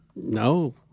No